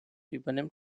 übernimmt